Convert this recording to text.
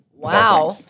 Wow